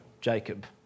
Jacob